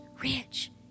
rich